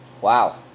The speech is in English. Wow